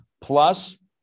plus